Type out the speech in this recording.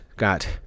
Got